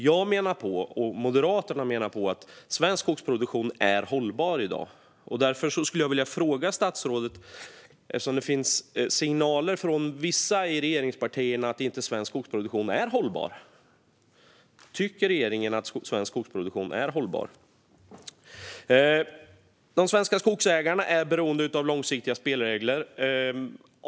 Jag och Moderaterna menar på att svensk skogsproduktion i dag är hållbar. Eftersom det kommit signaler från vissa i regeringspartierna om att svensk skogsproduktion inte är hållbar skulle jag vilja fråga statsrådet: Tycker regeringen att svensk skogsproduktion är hållbar? De svenska skogsägarna är beroende av långsiktiga spelregler.